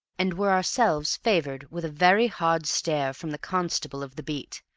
and were ourselves favored with a very hard stare from the constable of the beat,